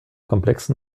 komplexen